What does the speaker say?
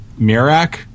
Mirak